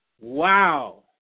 Wow